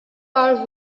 are